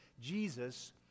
Jesus